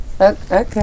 Okay